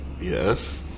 Yes